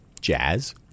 Jazz